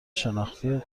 شناختی